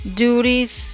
duties